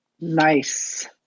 Nice